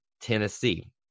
Tennessee